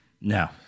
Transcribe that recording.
No